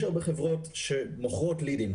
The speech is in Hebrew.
יש הרבה חברות שמוכרות לידים.